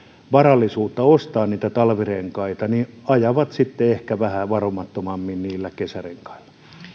varallisuutta ostaa talvirenkaita ajavat sitten ehkä vähän varomattomammin niillä kesärenkailla